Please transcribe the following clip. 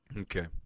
Okay